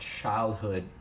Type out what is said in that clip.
childhood